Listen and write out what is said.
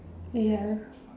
ya